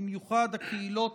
ובמיוחד הקהילות